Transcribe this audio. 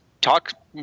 talk